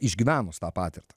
išgyvenus tą patirtį